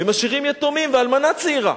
ומשאירים יתומים ואלמנה צעירה.